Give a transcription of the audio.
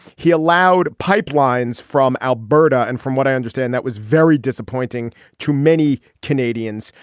he allowed pipelines from alberta and from what i understand that was very disappointing to many canadians.